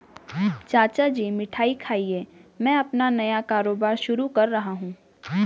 चाचा जी मिठाई खाइए मैं अपना नया कारोबार शुरू कर रहा हूं